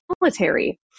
military